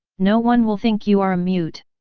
no one will think you are a mute!